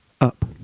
up